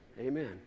Amen